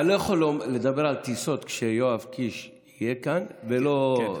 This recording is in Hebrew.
אתה לא יכול לדבר על טיסות כשיואב קיש כאן ולא,